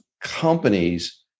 companies